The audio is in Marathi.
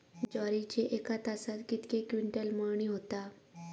ज्वारीची एका तासात कितके क्विंटल मळणी होता?